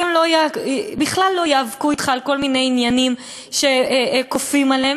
הם בכלל לא ייאבקו אתך כל מיני עניינים שכופים עליהם,